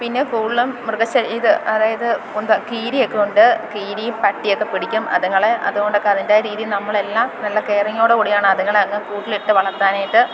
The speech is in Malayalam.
പിന്നെ കൂടുതലും മൃഗ ഇത് അതായത് ഉണ്ട് കീരിയൊക്കെ ഉണ്ട് കീരിയും പട്ടിയൊക്കെ പിടിക്കും അതുങ്ങളെ അതു കൊണ്ടൊക്കെ അതിൻ്റെ രീതിയിൽ നമ്മളെല്ലാം നല്ല കെയറിങ്ങോടു കൂടിയാണ് അതുങ്ങളെ അങ്ങ് കൂട്ടിലിട്ട് വളർത്താനായിട്ട്